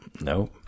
nope